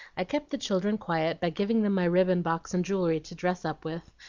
i kept the children quiet by giving them my ribbon box and jewelry to dress up with,